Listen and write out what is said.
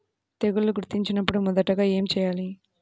తెగుళ్లు గుర్తించినపుడు మొదటిగా ఏమి చేయాలి?